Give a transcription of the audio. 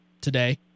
today